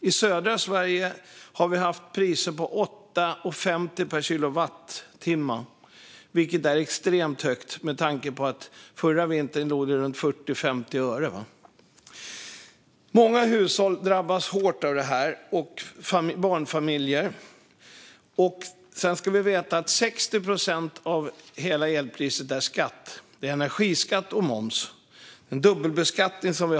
I södra Sverige har det varit prisnivåer på 8,50 kronor per kilowattimme, vilket är extremt högt med tanke på att priset förra vintern låg runt 40 eller 50 öre. Många hushåll drabbas hårt av detta, särskilt barnfamiljer. Sedan ska vi veta att 60 procent av hela elpriset är energiskatt och moms. Elen dubbelbeskattas.